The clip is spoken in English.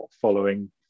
following